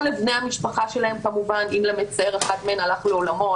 או לבני המשפחה שלהם כמובן אם למצער אחד מהם הלך לעולמו,